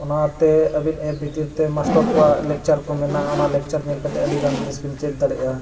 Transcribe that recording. ᱚᱱᱟᱛᱮ ᱟᱹᱵᱤᱱ ᱮᱯ ᱵᱷᱤᱛᱤᱨ ᱛᱮ ᱢᱟᱥᱴᱟᱨ ᱠᱚᱣᱟᱜ ᱞᱮᱠᱪᱟᱨ ᱠᱚ ᱢᱮᱱᱟᱜᱼᱟ ᱚᱱᱟ ᱞᱮᱠᱪᱟᱨ ᱧᱮᱞ ᱠᱟᱛᱮ ᱟᱹᱰᱤᱜᱟᱱ ᱡᱤᱱᱤᱥ ᱵᱤᱱ ᱪᱮᱫ ᱫᱟᱲᱮᱭᱟᱜᱼᱟ